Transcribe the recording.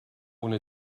ohne